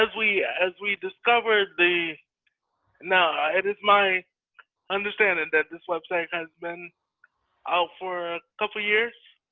as we as we discovered the now, it is my understanding that this website has been out for a couple of years?